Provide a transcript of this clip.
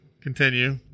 Continue